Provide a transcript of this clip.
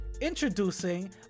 Introducing